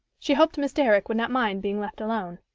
she hoped miss derrick would not mind being left alone.